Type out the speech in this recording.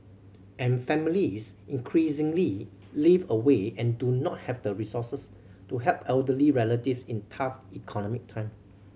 and families increasingly live away and do not have the resources to help elderly relative in tough economic time